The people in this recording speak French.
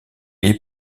est